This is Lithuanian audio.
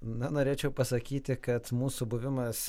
na norėčiau pasakyti kad mūsų buvimas